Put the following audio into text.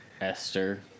Esther